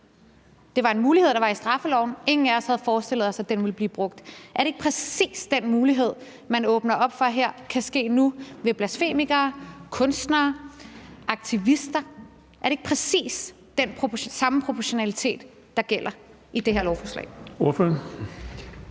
Det var en mulighed, der var i straffeloven. Ingen af os havde forestillet os, at den ville blive brugt. Er det ikke præcis den mulighed, man åbner op for kan ske her nu, med blasfemikere, kunstnere og aktivister? Er det ikke præcis den samme proportionalitet, der gælder i det her lovforslag?